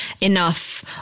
enough